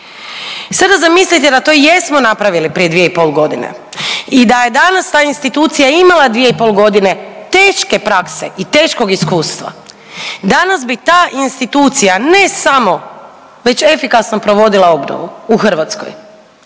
sada zamislite da to i jesmo napravili prije dvije i pol godine i da je danas ta institucija imala dvije i pol godine teške prakse i teškog iskustva danas bi ta institucija ne samo efikasno provodila obnovu u Hrvatskoj,